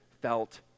felt